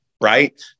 right